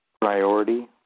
priority